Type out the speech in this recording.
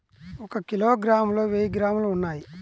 ఒక కిలోగ్రామ్ లో వెయ్యి గ్రాములు ఉన్నాయి